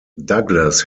douglas